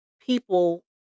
people